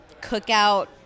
cookout